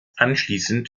anschließend